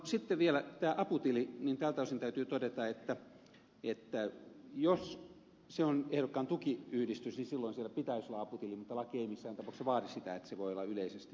sitten vielä tämän aputilin osalta täytyy todeta että jos se on ehdokkaan tukiyhdistys niin silloin pitäisi olla aputili mutta laki ei missään tapauksessa vaadi sitä vaan nämä rahat voivat olla yleisesti yhdistyksen tileissä